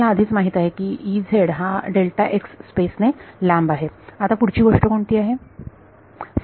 आपल्याला आधीच माहित आहे की हा स्पेस ने लांब आहे आता पुढची गोष्ट कोणती आहे